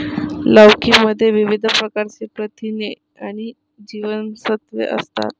लौकी मध्ये विविध प्रकारची प्रथिने आणि जीवनसत्त्वे असतात